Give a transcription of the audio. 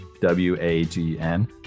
W-A-G-N